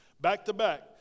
back-to-back